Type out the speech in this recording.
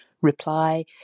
reply